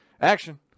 Action